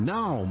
Now